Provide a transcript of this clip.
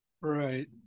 right